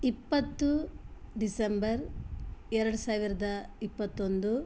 ಇಪ್ಪತ್ತು ಡಿಸೆಂಬರ್ ಎರಡು ಸಾವಿರದ ಇಪ್ಪತ್ತೊಂದು